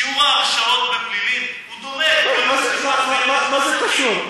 שיעור ההרשעות בפלילים הוא דומה, מה זה קשור?